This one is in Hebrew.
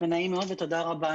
נעים מאוד ותודה רבה.